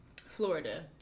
Florida